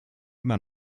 immer